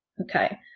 Okay